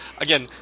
Again